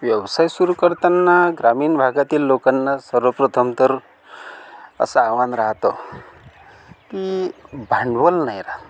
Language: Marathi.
व्यवसाय सुरू करताना ग्रामीण भागातील लोकांना सर्वप्रथम तर असं आव्हान राहतं की भांडवल नाही राहत